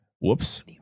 Whoops